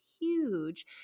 huge